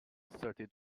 thirty